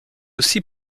aussi